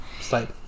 Slide